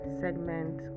segment